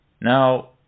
Now